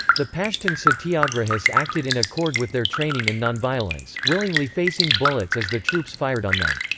the pashtun satyagrahis acted in accord with their training in nonviolence, willingly facing bullets as the troops fired on them.